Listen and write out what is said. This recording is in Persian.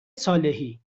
صالحی